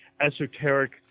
esoteric